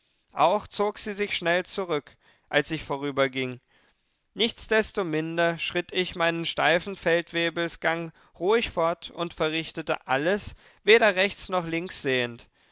auch zog sie sich schnell zurück als ich vorüberging nichtsdestominder schritt ich meinen steifen feldwebelsgang ruhig fort und verrichtete alles weder rechts noch links sehend